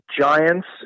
Giants